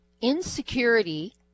insecurity